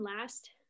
last